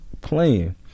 playing